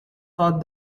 thought